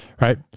right